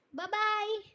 bye-bye